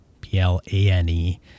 P-L-A-N-E